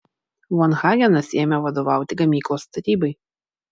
von hagenas ėmė vadovauti gamyklos statybai